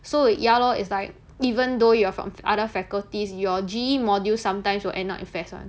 so ya lor it's like even though you are from other faculties your G_E module sometimes will end up in F_A_S_S [one]